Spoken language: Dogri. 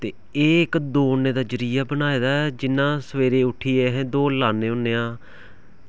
ते एह् इक्क दौड़ने दा जरिया बनाए दा जि'यां सवेरै उट्ठियै अस दौड़ लान्ने होन्ने आं